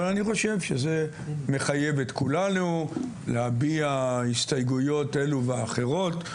אני חושב שזה מחייב את כולנו להביע הסתייגויות כאלו ואחרות,